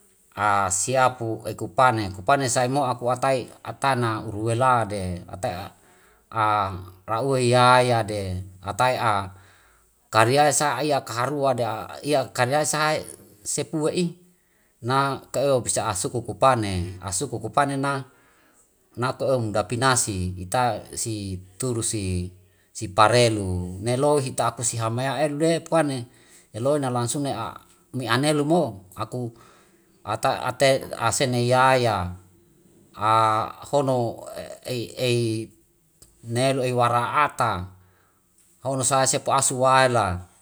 siapu ei kupune, kupane sai mo aku atai atana uru wela de ra'u wei yayade atai'a karia ya sa iya kaharua da iya kade ai sahai sepua we'i na ke'o bisa asuku kupane, asuku kupane na na ka dapinasi ita si turu si siparelu. Neloi ita aku sihame elu de kan heloi na langsune mi anelu mo'o aku ata ate asena yaya hono ei nelu ei wara ata hono sae sepu asu waela.